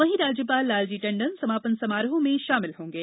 वहीं राज्यपाल लालजी टंडन समापन समारोह में शामिल होंगे